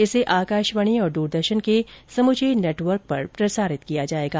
इसे आकाशवाणी और दूरदर्शन के समूचे नेटवर्क से प्रसारित किया जाएगा